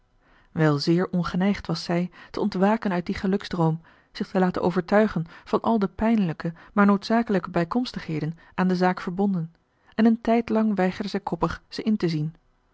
wel zéér ongeneigd was zij te ontwaken uit dien geluksdroom zich te laten overtuigen van al de pijnlijke maar noodzakelijke bijkomstigheden aan de zaak verbonden en een tijdlang weigerde zij koppig ze in te zien